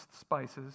spices